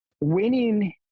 winning